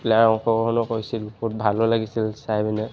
প্লেয়াৰে অংশগ্ৰহণো কৰিছিল বহুত ভালো লাগিছিল চাই পিনে